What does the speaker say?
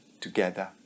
together